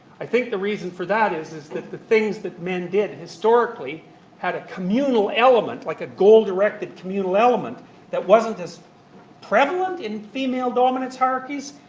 i think the reason for that is is that the things that men did historically had a communal element, like a goal-directed communal element that wasn't as prevalent in female dominance hierarchies?